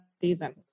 season